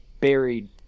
buried